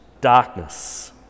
darkness